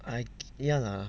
I ya lah